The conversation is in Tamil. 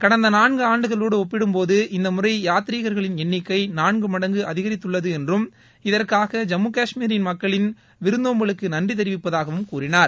கடந்த நான்கு ஆண்டுகளோடு ஒப்பிடும்போது இந்த முறை யாத்ரீகர்களின் ்எண்ணிக்கை நான்கு மடங்கு அதிகரித்துள்ளது என்றும் இதற்காக ஜம்மு காஷ்மீர் மக்களின் விருந்தோம்பலுக்கு நன்றி தெரிவிப்பதாகவும் கூறினார்